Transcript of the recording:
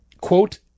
quote